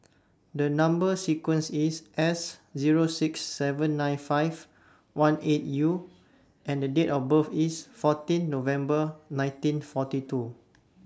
The Number sequence IS S Zero six seven nine five one eight U and The Date of birth IS fourteen November nineteen forty two